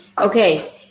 okay